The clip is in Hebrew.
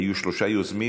היו שלושה יוזמים,